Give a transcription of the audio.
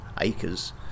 acres